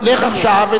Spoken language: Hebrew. אבל הוא מסלף את